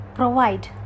provide